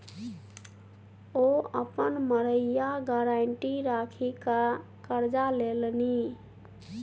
ओ अपन मड़ैया गारंटी राखिकए करजा लेलनि